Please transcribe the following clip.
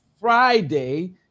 Friday